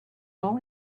all